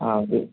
ആ അത്